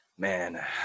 Man